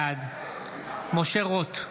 בעד משה רוט,